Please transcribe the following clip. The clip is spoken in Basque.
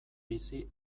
bizi